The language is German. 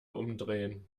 umdrehen